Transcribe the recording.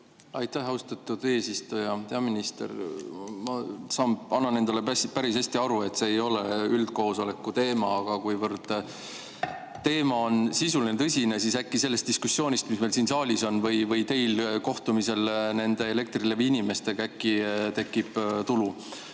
Aitäh, austatud eesistuja! Hea minister! Ma annan endale päris hästi aru, et see ei ole üldkoosoleku teema, aga kuivõrd teema on sisuline, tõsine, siis äkki sellest diskussioonist, mis on meil siin saalis või on teil kohtumisel Elektrilevi inimestega, tekib tulu.